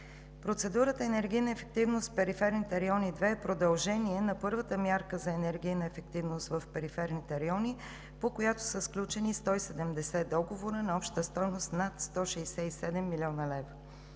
Процедурата „Енергийна ефективност в периферните райони – 2“, е продължение на първата мярка за енергийна ефективност в периферните райони, по която са сключени 170 договора на обща стойност над 167 млн. лв.